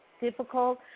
difficult